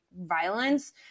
violence